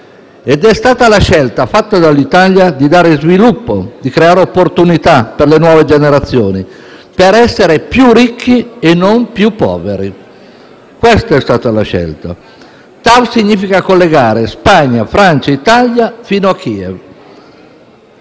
Ed è stata la scelta fatta dall'Italia di dare sviluppo, di creare opportunità per le nuove generazioni, per essere più ricchi e non più poveri. Questa è stata la scelta. TAV significa collegare Spagna, Francia e Italia fino a Kiev.